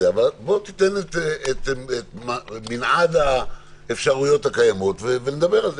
אבל בוא תיתן את מנעד האפשרויות הקיימות ונדבר על זה,